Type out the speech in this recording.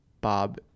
Bob